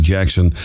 Jackson